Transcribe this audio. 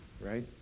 right